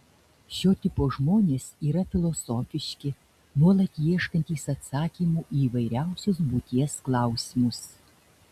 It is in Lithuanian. šio tipo žmonės yra filosofiški nuolat ieškantys atsakymų į įvairiausius būties klausimus